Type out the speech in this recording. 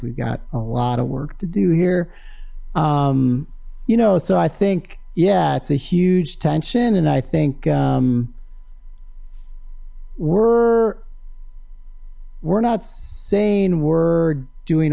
we've got a lot of work to do here you know so i think yeah it's a huge tension and i think were we're not saying were doing